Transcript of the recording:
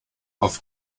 auf